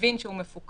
מבין שהוא מפוקח,